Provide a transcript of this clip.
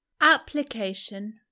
application